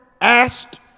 asked